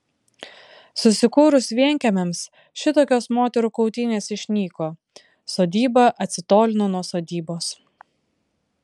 susikūrus vienkiemiams šitokios moterų kautynės išnyko sodyba atsitolino nuo sodybos